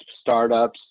startups